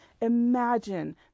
Imagine